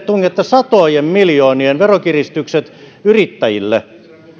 tungette satojen miljoonien veronkiristykset yrittäjille